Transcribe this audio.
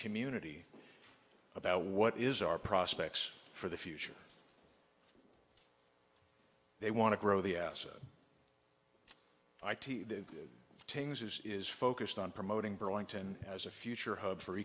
community about what is our prospects for the future they want to grow the asset i t the things is is focused on promoting burlington as a future hub for